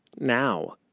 now,